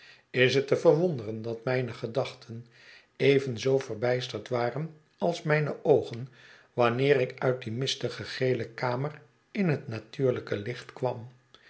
is het te verwonderen dat mijne gedachten evenzoo verbysterd waren ais mijne oogen wanneer ik uit die mistige gele kamer in het natuurlijke licht kwam